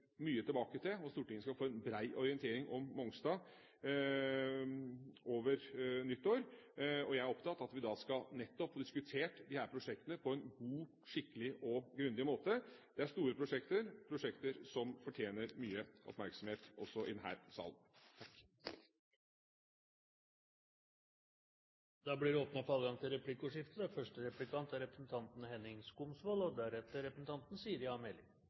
mye tilbake til. Stortinget skal få en brei orientering om Mongstad over nyttår, og jeg er opptatt av at vi da skal få diskutert nettopp disse prosjektene på en god, skikkelig og grundig måte. Det er store prosjekter, som fortjener mye oppmerksomhet også i denne salen. Det blir replikkordskifte. Statsråden varsler i dag en bred gjennomgang av kraft- og energibalansen. Det skal nedsettes et utvalg som har bred faglig kompetanse, og som skal levere innen 2012. Det er